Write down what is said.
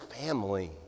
family